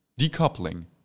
decoupling